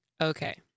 Okay